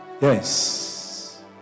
Yes